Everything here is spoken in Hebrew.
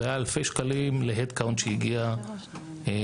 זה היה אלפי שקלים להד קאונט שהגיע למשרה.